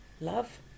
love